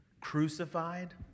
crucified